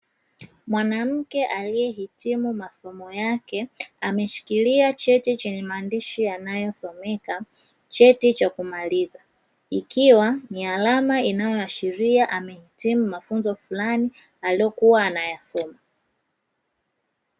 Mwanamke aliyehitimu masomo yake, ameshikilia cheti chenye maandishi yanayosomeka "cheti cha kumaliza", ikiwa ni alama inayoashiria amehitimu mafunzo fulani aliyokuwa anayasoma.